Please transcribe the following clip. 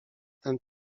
ten